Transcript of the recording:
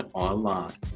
online